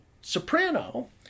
soprano